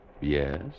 Yes